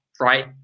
right